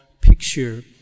picture